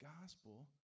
gospel